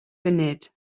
funud